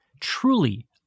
Truly